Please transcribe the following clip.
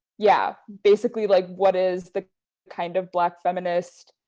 yeah, basically like, what is the kind of black feminist